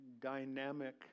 dynamic